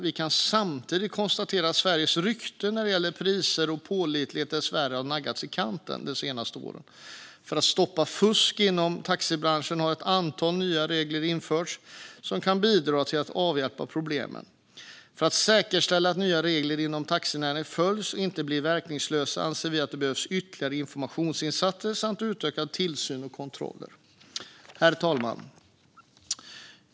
Vi kan samtidigt konstatera att Sveriges rykte när det gäller priser och pålitlighet dessvärre har naggats i kanten de senaste åren. För att stoppa fusk inom taxibranschen har ett antal nya regler införts som kan bidra till att avhjälpa problemen. För att säkerställa att nya regler inom taxinäringen följs och inte blir verkningslösa anser vi att det behövs ytterligare informationsinsatser samt utökad tillsyn och kontroll. Herr talman!